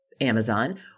Amazon